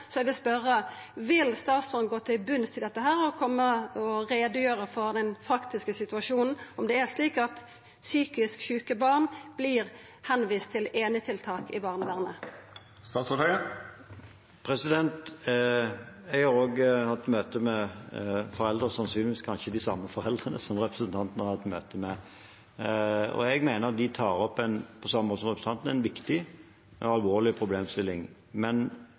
Så eg vil spørja: Vil statsråden koma til botns i dette og gjera greie for den praktiske situasjonen, om det er slik at psykisk sjuke barn vert viste til einetiltak i barnevernet? Jeg har også hatt møte med foreldre – sannsynligvis kanskje de samme foreldrene som representanten har hatt møte med. Jeg mener at de, på samme måte som representanten, tar opp en viktig og alvorlig problemstilling. Men